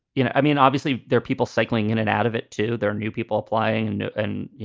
you know? i mean, obviously, they're people cycling in and out of it, too. there are new people applying and, and you